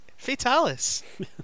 Fatalis